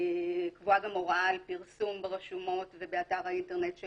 קבועה גם הוראה על פרסום ברשומות ובאתר האינטרנט של